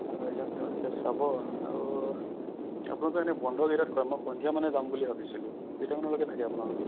লৈ যাম তেওঁলোকে চাব আৰু আপোনালোকে এনেই বন্ধ কেইটাত কৰে মই সন্ধিয়া মানে যাম বুলি ভাবিছিলোঁ কেইটামানলৈ থাকে আপোনালোক